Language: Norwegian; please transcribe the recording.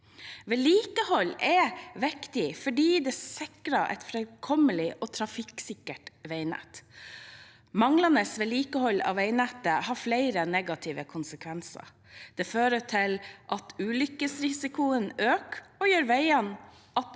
Vedlikehold er viktig fordi det sikrer et framkommelig og trafikksikkert veinett. Manglende vedlikehold av veinettet har flere negative konsekvenser. Det fører til at ulykkesrisikoen øker og gjør at veiene oftere